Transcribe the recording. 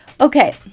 Okay